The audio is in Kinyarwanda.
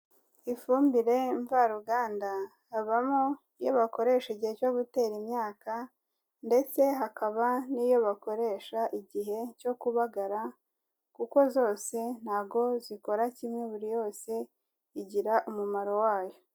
Ifumbire mvaruganda habamo iyo bakoresha igihe cyo gutera imyaka ndetse hakaba n'iyo bakoresha igihe cyo kubagara kuko zose ntago zikora kimwe, buri yose igira umumaro wayo.